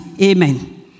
Amen